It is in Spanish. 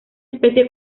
especie